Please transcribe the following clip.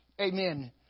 Amen